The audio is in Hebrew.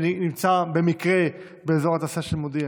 שנמצא במקרה באזור התעשייה של מודיעין.